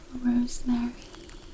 rosemary